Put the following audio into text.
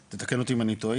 תתקן אותי אם אני טועה איציק.